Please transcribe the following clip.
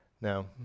Now